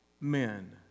men